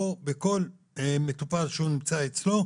כל מטופל שהוא נמצא אצלו,